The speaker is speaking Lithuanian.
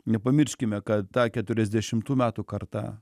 nepamirškime kad tą keturiasdešimtų metų karta